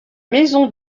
maison